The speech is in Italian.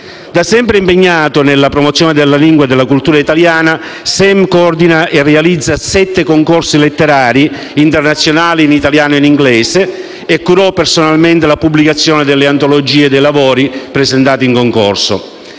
da sempre nella promozione della lingua e della cultura italiana, Sam coordinò e realizzò sette concorsi letterari internazionali, in italiano e inglese, e curò personalmente la realizzazione e la pubblicazione delle antologie dei lavori presentati in concorso.